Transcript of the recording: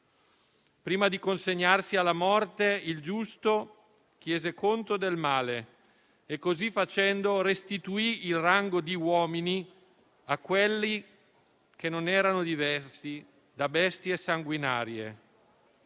Prima di consegnarsi alla morte, il Giusto chiese conto del male e così facendo restituì il rango di uomini a quelli che non erano diversi da bestie sanguinarie.